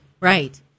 Right